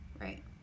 right